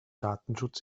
datenschutz